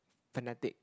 fanatic